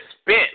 spit